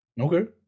Okay